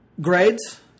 grades